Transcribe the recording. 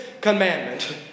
commandment